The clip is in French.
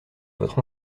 votre